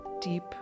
deep